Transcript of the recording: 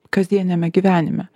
kasdieniame gyvenime